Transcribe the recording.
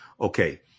Okay